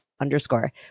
underscore